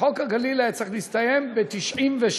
חוק הגליל היה צריך להסתיים ב-1996.